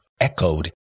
echoed